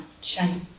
shame